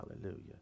Hallelujah